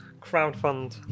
crowdfund